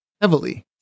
heavily